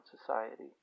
society